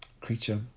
Creature